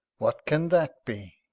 what can that be?